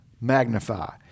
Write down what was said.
magnify